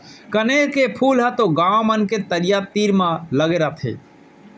कनेर के फूल ह तो गॉंव मन के तरिया तीर म लगे रथे